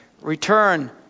return